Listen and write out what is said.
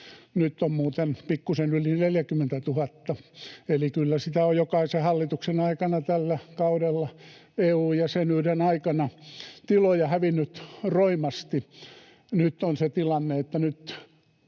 Nyt on muuten pikkusen yli 40 000, eli kyllä on jokaisen hallituksen aikana tällä kaudella, EU-jäsenyyden aikana, tiloja hävinnyt roimasti. Nyt on se tilanne, että